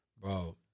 Bro